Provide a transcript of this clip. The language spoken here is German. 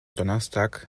donnerstag